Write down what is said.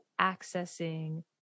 accessing